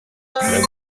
club